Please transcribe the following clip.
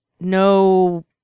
no